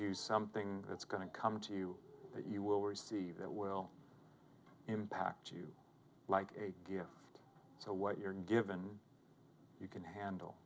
you something that's going to come to you you will receive that will impact you like a gift so what you're given you can handle